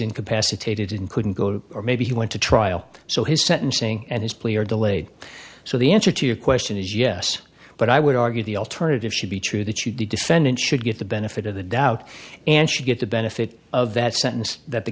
incapacitated in couldn't go to or maybe he went to trial so his sentencing and his plea are delayed so the answer to your question is yes but i would argue the alternative should be true that you defendant should get the benefit of the doubt and should get the benefit of that sentence that the